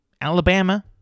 Alabama